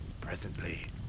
Presently